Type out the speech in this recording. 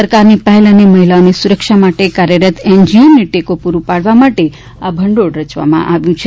સરકારની પહેલ અને મહિલાઓની સુરક્ષા માટે કાર્યરત એનજીઓને ટેકો પૂરો પાડવા માટે આ ભંડોળ રચવામાં આવ્યું છે